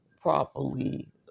properly